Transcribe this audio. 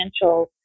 financial